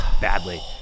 Badly